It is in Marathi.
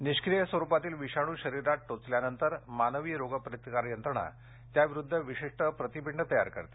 निष्क्रीय स्वरुपातील विषाणू शरीरात टोचल्यानंतर मानवी रोग प्रतिकार यंत्रणा त्याविरुद्ध विशिष्ट प्रतिपिंड तयार करते